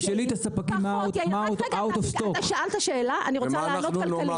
תשאלי את הספקים לגבי המוצרים שאזלו.